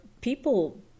people